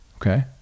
Okay